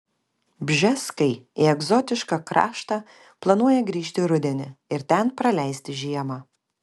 bžeskai į egzotišką kraštą planuoja grįžti rudenį ir ten praleisti žiemą